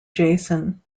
jason